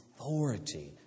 authority